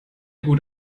gut